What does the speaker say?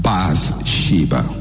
Bathsheba